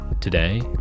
Today